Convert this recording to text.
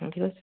ঠিক আছে